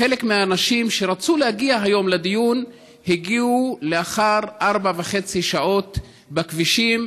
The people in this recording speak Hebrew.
חלק מהאנשים שרצו להגיע היום לדיון הגיעו לאחר ארבע שעות וחצי בכבישים,